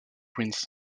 queens